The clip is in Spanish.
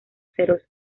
feroz